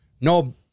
No